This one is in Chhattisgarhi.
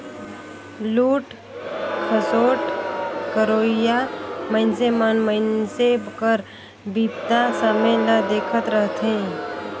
लूट खसोट करोइया मइनसे मन मइनसे कर बिपदा समें ल देखत रहथें